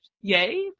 yay